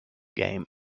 game